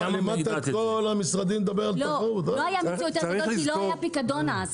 לא, כי לא היה פיקדון אז.